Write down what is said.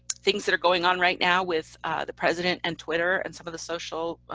things that are going on right now with the president and twitter, and some of the social